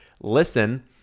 listen